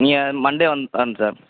நீங்கள் மண்டே வந் வாங்க சார்